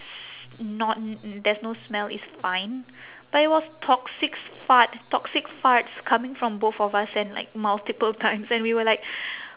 s~ not there's no smell it's fine but it was toxic fart toxic farts coming from both of us and like multiple times and we were like